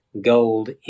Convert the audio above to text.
gold